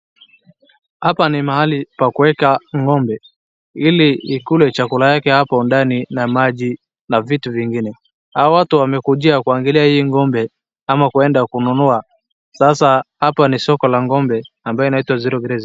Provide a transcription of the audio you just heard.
Hapa ni mahali pa kueka ng'ombe ili ikule chakula yake hapo ndani na maji na vitu vingine. Hawa watu wamekujia kuangalia hii ng'ombe ama kuenda kununua. Sasa hapa ni soko la ng'ombe ambayo inaitwa zero grazing .